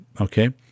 Okay